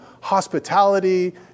hospitality